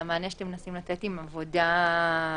המענה שאתם רוצים לתת עם עבודה מרחוק.